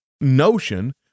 notion